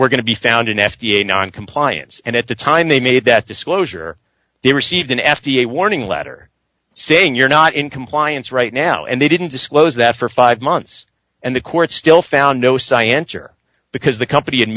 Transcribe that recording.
we're going to be found in f d a noncompliance and at the time they made that disclosure they received an f d a warning letter saying you're not in compliance right now and they didn't disclose that for five months and the court still found no sign answer because the company